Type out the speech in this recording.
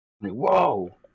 Whoa